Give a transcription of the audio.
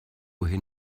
hin